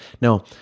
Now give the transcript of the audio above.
Now